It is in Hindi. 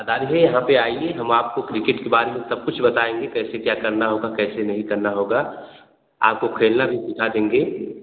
अदारी है यहाँ पर आइए हम आपको क्रिकेट के बारे में सब कुछ बताएँगे कैसे क्या करना होगा कैसे नहीं करना होगा आपको खेलना भी सिखा देंगे